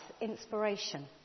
inspiration